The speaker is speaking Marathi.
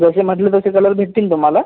जसे म्हटले तसे कलर भेटतील तुम्हाला